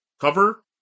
cover